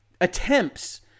attempts